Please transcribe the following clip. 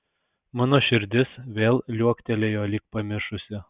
mano širdis vėl liuoktelėjo lyg pamišusi